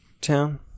Town